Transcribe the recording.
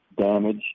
damage